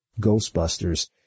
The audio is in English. Ghostbusters